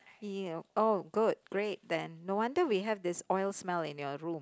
yea oh good great then no wonder we have this oil smell in your room